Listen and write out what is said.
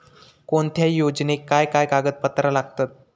कोणत्याही योजनेक काय काय कागदपत्र लागतत?